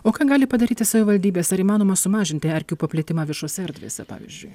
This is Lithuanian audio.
o ką gali padaryti savivaldybės ar įmanoma sumažinti erkių paplitimą viešose erdvėse pavyzdžiui